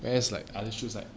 whereas like other shoes like